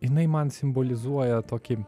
jinai man simbolizuoja tokį